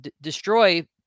destroy